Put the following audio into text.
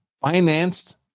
financed